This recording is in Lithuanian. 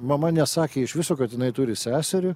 mama nesakė iš viso kad jinai turi seserį